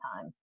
time